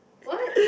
what